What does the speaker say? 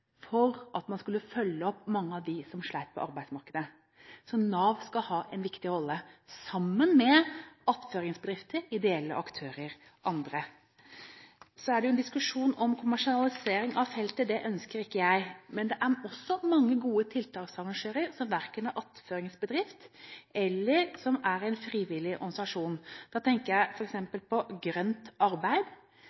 for at man skulle følge opp mange av dem som slet på arbeidsmarkedet. Nav skal ha en viktig rolle, sammen med attføringsbedrifter, ideelle aktører og andre. Så er det en diskusjon om kommersialisering av feltet. Det ønsker ikke jeg. Men det er også mange gode tiltaksarrangører som verken er attføringsbedrift eller en frivillig organisasjon. Da tenker jeg